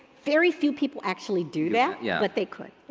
very few people actually do that yeah but they could.